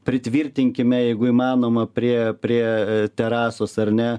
pritvirtinkime jeigu įmanoma prie prie terasos ar ne